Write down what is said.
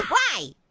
why?